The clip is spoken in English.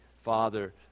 Father